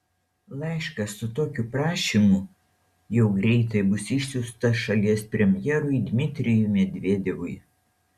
laiškas su tokiu prašymu jau greitai bus išsiųstas šalies premjerui dmitrijui medvedevui